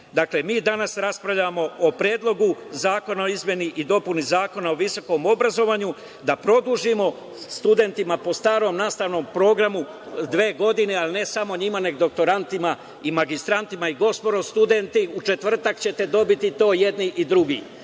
mi danas raspravljamo o Predlogu zakona o izmeni i dopuni Zakona o visokom obrazovanju da produžimo studentima po starom nastavnom programu dve godine, ali ne samo njima nego i doktorantima i magistrantima. Gospodo studenti, u četvrtak ćete dobiti to i jedni i drugi.